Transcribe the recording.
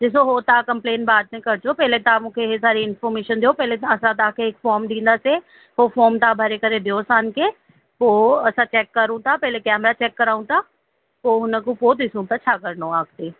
ॾिसो हो तव्हां कंप्लेन बाद में कजो पहिले तव्हां मूंखे हे सारी इंफॉर्मेशन ॾियो पहिले असां तव्हांखे हिकु फॉर्म ॾींदासीं हो फॉर्म तव्हां भरे करे ॾियो असांखे पोइ असां चैक कयूं था पहिले कैमरा चैक करायूं था पोइ हुन खो पोइ ॾिसऊं तां छा करिणो आहे अॻिते